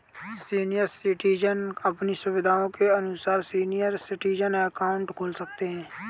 senior citizen अपनी सुविधा के अनुसार सीनियर सिटीजन अकाउंट खोल सकते है